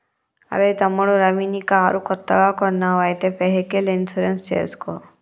అరెయ్ తమ్ముడు రవి నీ కారు కొత్తగా కొన్నావ్ అయితే వెహికల్ ఇన్సూరెన్స్ చేసుకో